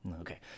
Okay